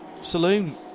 saloon